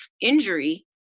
injury